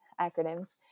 acronyms